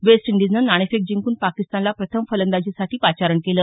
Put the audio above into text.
waste इंडिजनं नाणेफेक जिंकून पाकिस्तानला प्रथम फलंदाजीसाठी पाचारण केलं